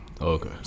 Okay